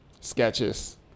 sketches